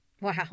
Wow